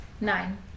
nine